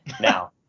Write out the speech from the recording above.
Now